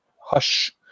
Hush